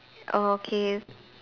oh okay